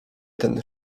ten